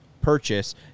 purchase